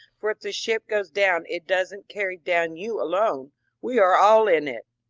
for if the ship goes down it does n't carry down you alone we are all in it.